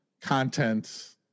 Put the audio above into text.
content